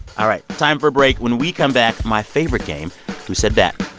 all right, time for a break. when we come back, my favorite game who said that?